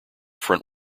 front